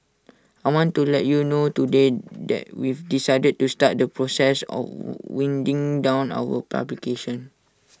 I want to let you know today that we've decided to start the process of winding down our publication